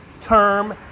term